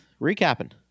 recapping